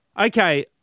Okay